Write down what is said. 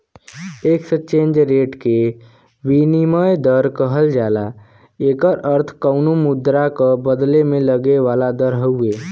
exchange rate के विनिमय दर कहल जाला एकर अर्थ कउनो मुद्रा क बदले में लगे वाला दर हउवे